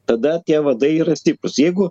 tada tie vadai yra stiprūs jeigu